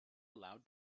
allowed